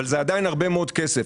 אבל זה עדיין הרבה מאוד כסף.